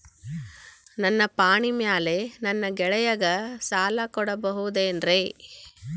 ನನ್ನ ಪಾಣಿಮ್ಯಾಲೆ ನನ್ನ ಗೆಳೆಯಗ ಸಾಲ ಕೊಡಬಹುದೇನ್ರೇ?